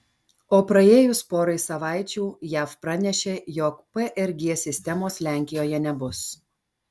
o praėjus porai savaičių jav pranešė jog prg sistemos lenkijoje nebus